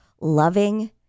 loving